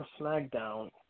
SmackDown